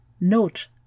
Note